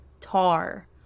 tar